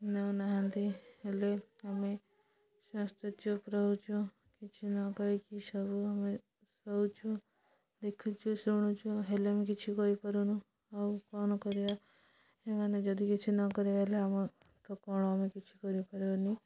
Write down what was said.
ନେଉନାହାନ୍ତି ହେଲେ ଆମେ ସ୍ୱାସ୍ଥ୍ୟ ଚୁପ୍ ରହୁଛୁ କିଛି ନ କହିକି ସବୁ ଆମେ ସହୁଛୁ ଦେଖୁଛୁ ଶୁଣୁଛୁ ହେଲେ ଆମେ କିଛି କହିପାରୁନୁ ଆଉ କ'ଣ କରିବା ଏମାନେ ଯଦି କିଛି ନ କରିବେ ହେଲେ ଆମେତ କ'ଣ ଆମେ କିଛି କରିପାରନି